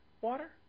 water